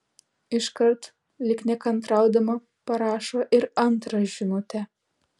iškart lyg nekantraudama parašo ir antrą žinutę